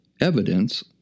evidence